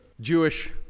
Jewish